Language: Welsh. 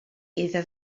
iddo